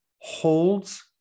holds